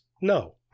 no